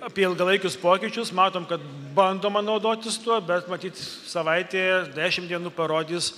apie ilgalaikius pokyčius matom kad bandoma naudotis tuo bet matyt savaitė dešim dienų parodys